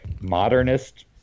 modernist